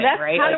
right